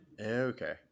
Okay